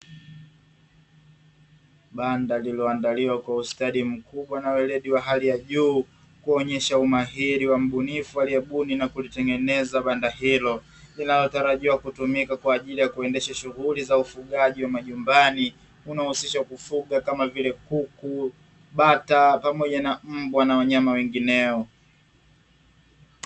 Banda lililoandaliwa kwa ustadi mkubwa na weledi wa hali ya juu, kuonyesha umahiri wa mbunifu aliyebuni na kulitengeneza banda hilo, linalotarajiwa kutumika kwa ajili ya kuendesha shughuli za ufugaji wa majumbani unaohusisha kufuga kama vile kuku, bata, pamoja na mbwa, na wanyama wengineo.